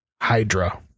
Hydra